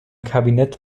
kabinett